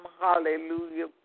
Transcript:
hallelujah